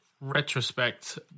retrospect